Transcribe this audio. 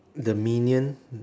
the minion